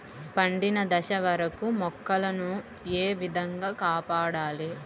పండిన దశ వరకు మొక్కల ను ఏ విధంగా కాపాడాలి?